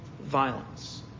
violence